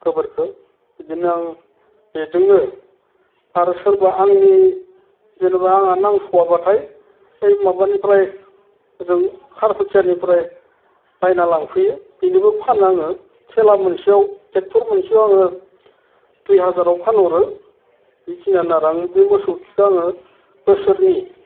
गोबोरखो बिदिनो आं बेजोंनो आरो सोरबा आंनि जेनोबा आंहा नांस'वाबाथाय ओइ माबानिफ्राय हजों खारफोथियानिफ्राय बायना लांफैयो बिनोबो फानो आङो थेला मोनसेयाव ट्रेकटर मोनसेयाव आङो दुइ हाजाराव फानहरो बिखिनियानो आरो आं बे मोसौ खिखौ आङो बोसोरनि